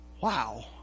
Wow